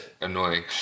annoying